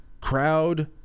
crowd